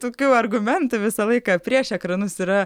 tokių argumentų visą laiką prieš ekranus yra